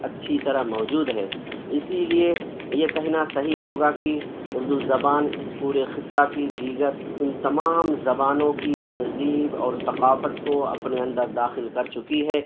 اچھی طرح موجود ہے اسی لیے یہ کہنا صحیح ہوگا کہ اردو زبان اس پورے خطہ کی دیگر ان تمام زبانوں کی تہذیب اور ثقافت کو اپنے اندر داخل کر چکی ہے